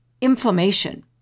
inflammation